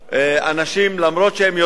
אנשים, גם אם הם יודעים